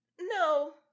no